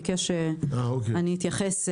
ביקש שאתייחס,